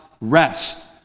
rest